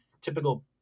typical